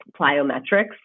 plyometrics